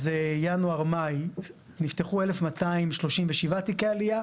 אז ינואר עד מאי נפתחו 1,237 תיקי עלייה,